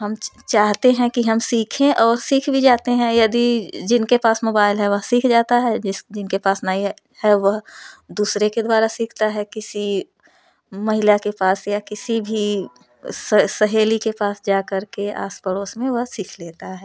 हम चाहते हैं कि सीखें और हम सीख भी जाते हैं यदि जिनके पास मोबाइल है वह सीख जाता है जिस जिनके पास नहीं है वह दूसरे के द्वारा सीखता है किसी महिला के पास या किसी भी सहेली के पास जाकर के आस पड़ोस में वह सीख लेता है